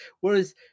whereas